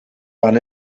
van